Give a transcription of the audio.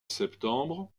septembre